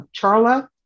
Charla